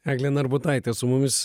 eglė narbutaitė su mumis